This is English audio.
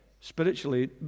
spiritually